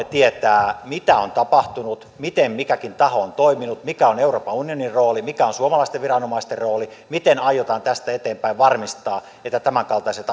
tietää mitä on tapahtunut miten mikäkin taho on toiminut mikä on euroopan unionin rooli mikä on suomalaisten viranomaisten rooli miten aiotaan tästä eteenpäin varmistaa että tämänkaltaiset